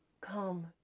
Come